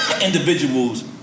individuals